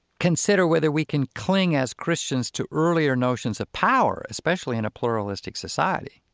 consider whether we can cling as christians to earlier notions of power, especially in a pluralistic society.